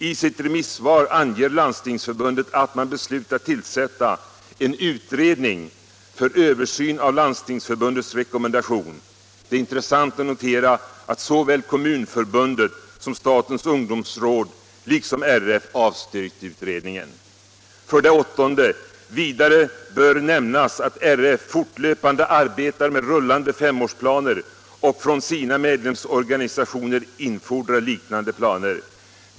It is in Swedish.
I sitt remissvar anger Landstingsförbundet att man bör besluta tillsätta en utredning för översyn av Landstingsförbundets rekommendation. Det är intressant att notera att såväl Kommunförbundet som statens ungdomsråd — liksom RF -— avstyrkt utredningen. 8. Vidare bör nämnas att RF fortlöpande arbetar med rullande femårsplaner och från sina medlemsorganisationer infordrar liknande planer.